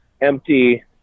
empty